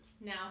now